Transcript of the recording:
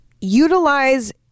utilize